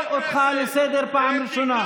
בוועדה המשותפת לתקציב הביטחון, יש 30